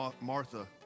Martha